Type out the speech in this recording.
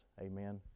amen